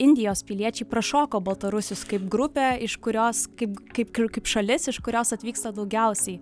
indijos piliečiai prašoko baltarusius kaip grupė iš kurios kaip kaip kaip šalis iš kurios atvyksta daugiausiai